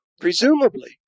Presumably